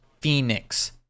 Phoenix